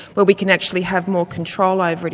where we can actually have more control over it,